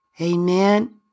Amen